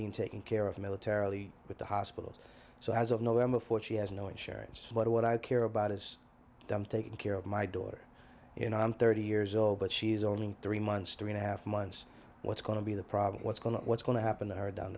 being taken care of militarily with the hospitals so as of november fourth she has no insurance but what i care about is dumb taken care of my daughter you know i'm thirty years old but she's only three months three and a half months what's going to be the problem what's going on what's going to happen to her down